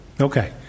Okay